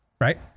Right